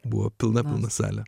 buvo pilna mano salę